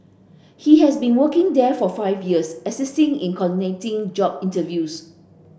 he has been working there for five years assisting in coordinating job interviews